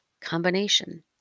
combination